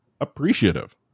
appreciative